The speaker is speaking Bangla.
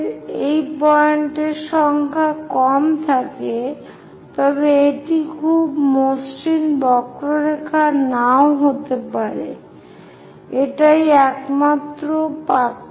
যদি আমাদের পয়েন্টের সংখ্যা কম থাকে তবে এটি খুব মসৃণ বক্ররেখা নাও হতে পারে এটাই একমাত্র পার্থক্য